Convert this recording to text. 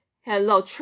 Hello